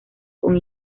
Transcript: con